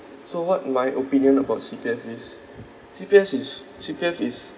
so what my opinion about C_P_F is C_P_S is C_P_F is